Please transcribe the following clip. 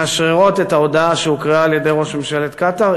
מאשררות את ההודעה שהוקראה על-ידי ראש ממשלת קטאר,